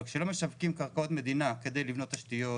אבל כשלא משווקים קרקעות מדינה כדי לבנות תשתיות,